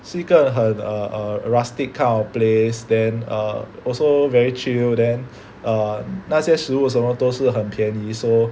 是一个很 err a rustic kind of place then err also very chill then err 哪些食物什么都是很便宜 so